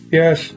yes